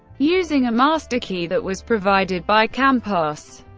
using a master key that was provided by campos.